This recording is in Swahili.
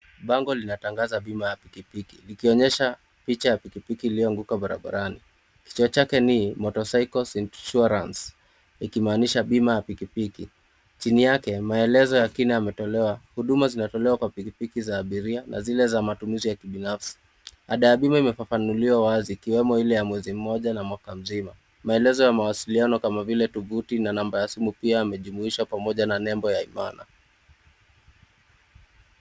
Bango linatangaza bima ya pikipiki likionyesha picha ya pikipiki iliyoanguka barabarani, kichwa chake ni motorcycle insurance , ikimaanisha bima ya pikpiki, chini yake maelezo ya kina yametolewa huduma zinatolewa kwa piipiki za abiria, na zile za kimatumizi ya kibinafsi, ada ya bima imefafanuliwa wazi ikiwemo ile ya mwezi mmoja na mwaka mzima, maelezo ya mawasiliano kama vile tovuti na namba ya simu pia yamejuishwa pamoja na nembo ya